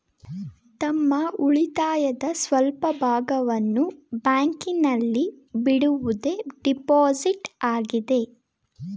ತಮ್ಮ ಉಳಿತಾಯದ ಸ್ವಲ್ಪ ಭಾಗವನ್ನು ಬ್ಯಾಂಕಿನಲ್ಲಿ ಬಿಡುವುದೇ ಡೆಪೋಸಿಟ್ ಆಗಿದೆ